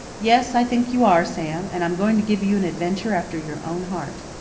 yes, i think you are, sam, and i'm going to give you an adventure after your own heart.